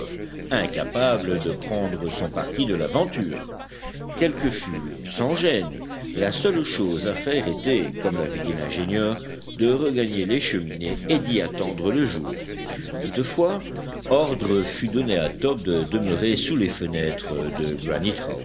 incapable de prendre son parti de l'aventure quel que fût le sans-gêne la seule chose à faire était comme l'avait dit l'ingénieur de regagner les cheminées et d'y attendre le jour toutefois ordre fut donné à top de demeurer sous les fenêtres de